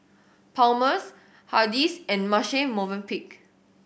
Palmer's Hardy's and Marche Movenpick